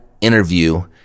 interview